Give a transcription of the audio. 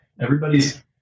Everybody's